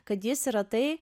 kad jis yra tai